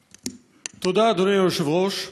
תודה, אדוני היושב-ראש,